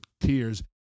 tears